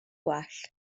gwell